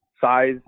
size